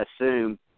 assume